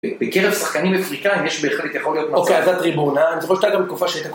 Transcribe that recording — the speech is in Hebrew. בקרב שחקנים אפריקאים יש בהחלט יכול להיות מצב... אוקיי, אז זה הטריבונה, זו לא הייתה גם תקופה שהייתה...